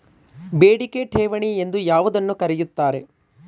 ಬೇಡಿಕೆ ಠೇವಣಿ ಎಂದು ಯಾವುದನ್ನು ಕರೆಯುತ್ತಾರೆ?